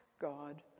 God